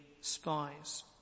spies